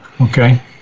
Okay